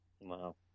Wow